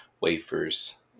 Wafers